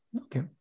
okay